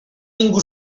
ningú